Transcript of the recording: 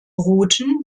routen